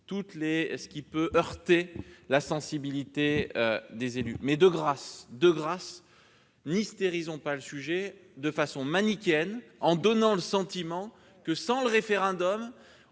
ce qui peut heurter leur sensibilité. Mais, de grâce, n'hystérisons pas le sujet de façon manichéenne en donnant le sentiment que l'absence de référendum